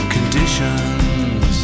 Conditions